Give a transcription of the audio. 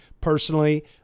Personally